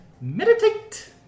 Meditate